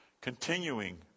continuing